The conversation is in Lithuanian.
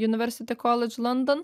universiti koledž london